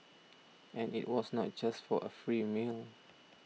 and it was not just for a free meal